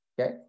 okay